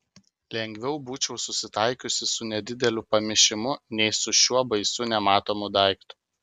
lengviau būčiau susitaikiusi su nedideliu pamišimu nei su šiuo baisiu nematomu daiktu